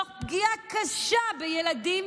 תוך פגיעה קשה בילדים,